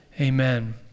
Amen